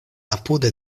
apude